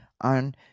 on